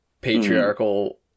patriarchal